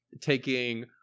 taking